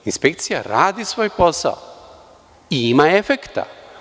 Inspekcija radi svoj posao i ima efekta.